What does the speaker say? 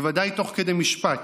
בוודאי תוך כדי משפט,